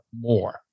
more